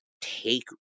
take